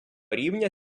рівня